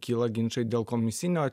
kyla ginčai dėl komisinio